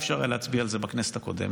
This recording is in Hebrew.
לא היה אפשר להצביע על זה בכנסת הקודמת.